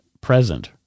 present